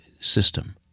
system